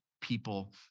people